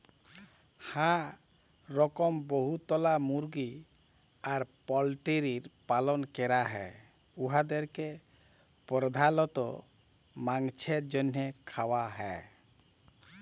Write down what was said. হাঁ রকম বহুতলা মুরগি আর পল্টিরির পালল ক্যরা হ্যয় উয়াদেরকে পর্ধালত মাংছের জ্যনহে খাউয়া হ্যয়